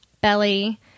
belly